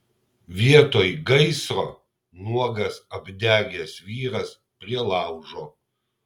vietoj gaisro nuogas apdegęs vyras prie laužo